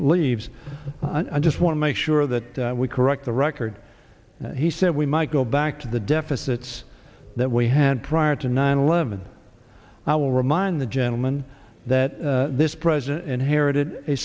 leaves and just want to make sure that we correct the record he said we might go back to the deficits that we had prior to nine eleven i will remind the gentleman that this president inherited a